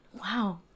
Wow